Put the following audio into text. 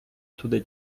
туди